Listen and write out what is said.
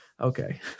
okay